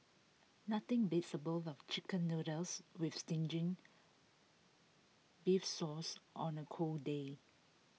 nothing beats A bowl of Chicken Noodles with zingy beef sauce on A cold day